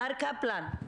מר קפלן,